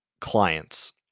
clients